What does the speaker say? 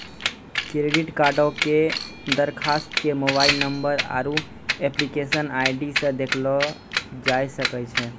credit कार्डो के दरखास्त के मोबाइल नंबर आरु एप्लीकेशन आई.डी से देखलो जाय सकै छै